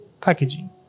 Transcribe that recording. packaging